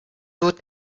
wird